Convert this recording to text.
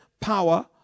power